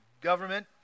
government